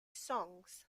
songs